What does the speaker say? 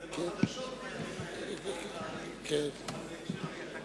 זה בחדשות בימים האלה, אבל בהקשרים אחרים.